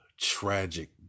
tragic